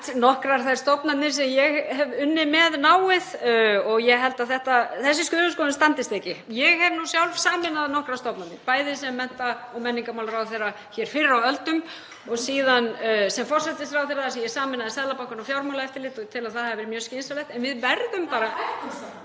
nokkrar þær stofnanir sem ég hef unnið með náið og ég held að þessi söguskoðun standist ekki. Ég hef nú sjálf sameinað nokkrar stofnanir, bæði sem mennta- og menningarmálaráðherra hér fyrr á öldum og síðan sem forsætisráðherra, þar sem ég sameinaði Seðlabankann og Fjármálaeftirlitið og tel að það hafi verið mjög skynsamlegt. En við verðum bara